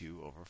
over